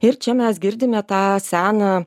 ir čia mes girdime tą seną